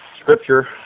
scripture